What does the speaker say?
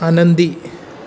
आनंदी